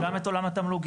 גם את עולם התמלוגים,